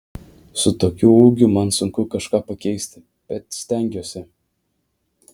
su tokiu ūgiu man sunku kažką pakeisti bet stengiuosi